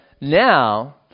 now